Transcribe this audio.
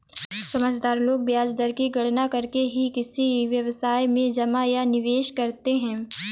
समझदार लोग ब्याज दर की गणना करके ही किसी व्यवसाय में जमा या निवेश करते हैं